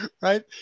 right